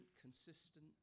consistent